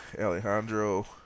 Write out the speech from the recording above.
Alejandro